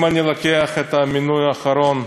אם אני לוקח את המינוי האחרון,